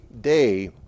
day